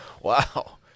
Wow